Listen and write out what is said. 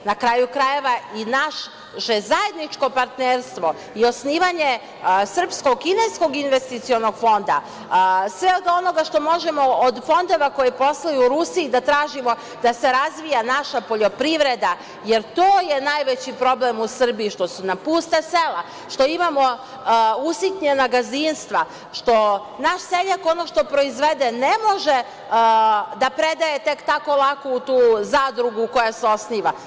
Na kraju krajeva, i naše zajedničko partnerstvo i osnivanje Srpsko-kineskog investicionog fonda, svega onoga što možemo od fondova koji posluju u Rusiji da tražimo da se razvija naša poljoprivreda, jer to je najveći problem u Srbiji, što su nam pusta sela, što imamo usitnjena gazdinstva, što naš seljak ono što proizvede ne može da predaje tek tako lako u tu zadrugu koja se osniva.